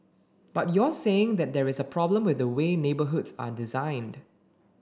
but you're saying that there is a problem with the way neighbourhoods are designed